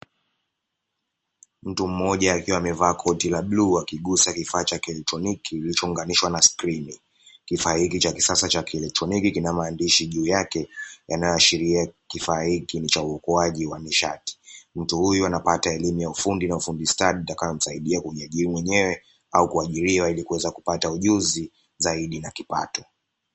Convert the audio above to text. Mtu mmoja akiwa amevaa koti la bluu wakigusa kifaa cha kielekoniki klichounganishwa na skrini kifaa hiki cha kisasa, kifaa cha kielektroniki kina maandishi juu yake yanayoashiria kifaa hiki ni cha uokuaji wa nishati. Mtu huyu anapata elimu ya ufundi na ufundi stadi itakayomsaidia kujiajiri mwenyewe au kuajiriwa ili kuweza kupata ujuzi zaidi na kipato.